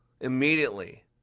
Immediately